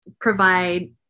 provide